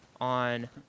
on